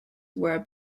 were